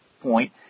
point